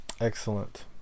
Excellent